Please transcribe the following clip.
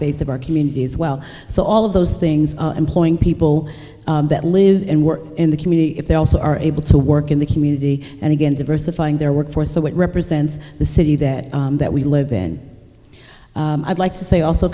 base of our community as well so all of those things employing people that live and work in the community if they also are able to work in the community and again diversifying their workforce so it represents the city that that we live in i'd like to say also